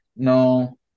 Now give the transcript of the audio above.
No